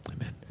Amen